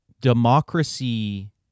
democracy